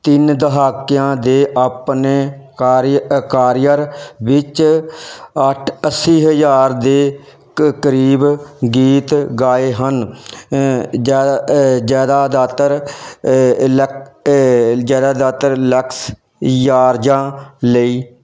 ਤਿੰਨ ਦਹਾਕਿਆਂ ਦੇ ਆਪਣੇ ਕਰ ਕਰੀਅਰ ਵਿੱਚ ਅੱਠ ਅੱਸੀ ਹਜ਼ਾਰ ਦੇ ਕ ਕਰੀਬ ਗੀਤ ਗਾਏ ਹਨ ਜ਼ਿਆਦ ਜ਼ਿਆਦਾਤਰ ਇਲੈਕ ਜ਼ਿਆਦਾਤਰ ਇਲੈਯਾਰਾਜਾ ਲਈ